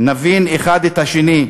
נבין אחד את השני,